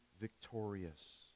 victorious